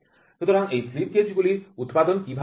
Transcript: সুতরাং এই slip gauge গুলির উৎপাদন কীভাবে হয়